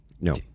No